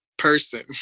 person